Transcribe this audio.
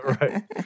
Right